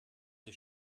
sie